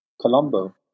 Colombo